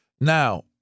Now